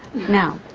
now,